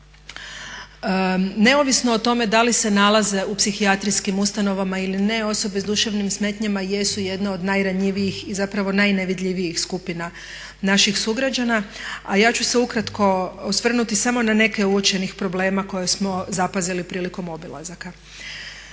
Neovisno o tome da li se nalaze u psihijatrijskim ustanovama ili ne osobe s duševnim smetnjama jesu jedna od najranjivijih i zapravo najnevidljivijih skupina naših sugrađana. A ja ću se ukratko osvrnuti samo na neke od uočenih problema koje smo zapazili prilikom obilazaka.